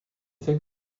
celle